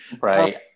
Right